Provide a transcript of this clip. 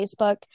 Facebook